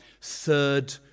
third